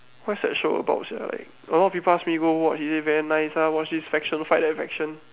what's that show about sia like a lot people ask me go watch is it very nice lah watch this faction fight that faction